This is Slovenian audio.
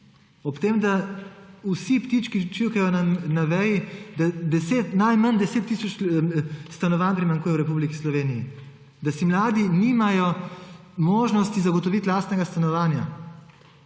Ob tem, da vsi ptički čivkajo na veji, da najmanj 10 tisoč stanovanj primanjkuje v Republiki Sloveniji, da si mladi nimajo možnost zagotoviti lastnega stanovanja!